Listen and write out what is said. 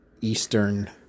eastern